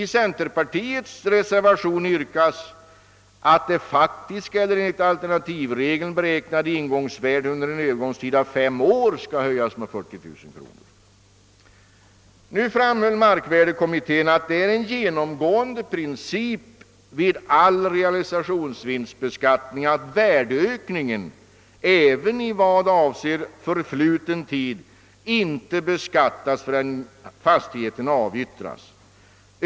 I centerpartiets reservation yrkas att det faktiska enligt alternativregeln beräknade ingångsvärdet under en övergångstid av fem år skall höjas med 40 000 kronor. Markvärdekommitteén framhöll att en genomgående princip vid all realisationsvinstbeskattning är att värdeökningen även i vad avser förfluten tid inte beskattas förrän fastigheten avyttras.